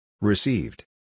Received